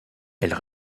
elles